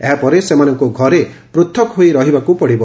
ଏହାପରେ ସେମାନଙ୍କୁ ଘରେ ପୂଥକ ହୋଇ ରହିବାକୁ ପଡ଼ିବ